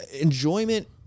enjoyment